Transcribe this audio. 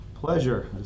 Pleasure